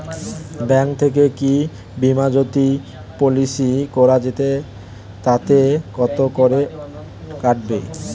Bank থেকে কী Bimajyoti policy করা যাচ্ছে তাতে কত করে কাটবে?